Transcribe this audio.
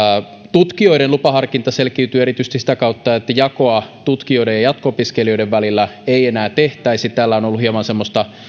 tutkijoiden lupaharkinta selkiytyy erityisesti sitä kautta että jakoa tutkijoiden ja jatko opiskelijoiden välillä ei enää tehtäisi täällä on on ollut hieman semmoista